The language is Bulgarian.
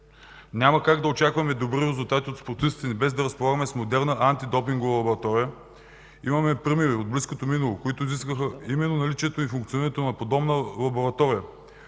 Няма как да очакваме добри резултати от спортистите ни, без да разполагаме с модел на антидопингова лаборатория. Имаме примери от близкото минало, които изискваха именно наличието и функционирането на подобна лаборатория.